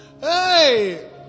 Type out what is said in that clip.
hey